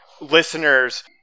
listeners